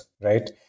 right